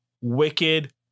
wicked